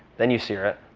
then you sear it.